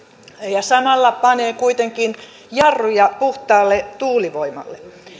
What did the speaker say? ja samalla panee kuitenkin jarruja puhtaalle tuulivoimalle